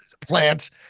plants